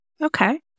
okay